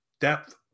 depth